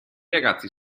ragazzi